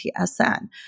TSN